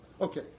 Okay